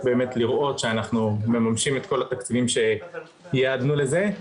לראות שאנחנו מממשים את כל התקציבים שייעדנו לזה.